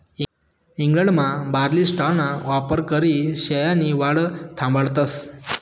इंग्लंडमा बार्ली स्ट्राॅना वापरकरी शेवायनी वाढ थांबाडतस